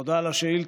תודה על השאילתה.